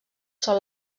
són